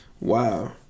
Wow